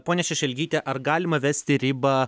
ponia šešelgyte ar galima vesti ribą